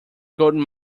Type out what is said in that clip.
golden